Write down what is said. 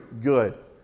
good